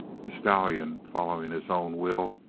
the stallion, following his own will,